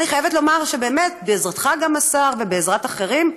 אני חייבת לומר שבאמת, בעזרתך, השר, ובעזרת אחרים,